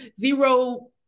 zero